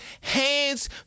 hands